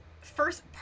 first